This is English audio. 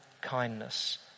kindness